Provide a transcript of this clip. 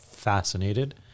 fascinated